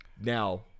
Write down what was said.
Now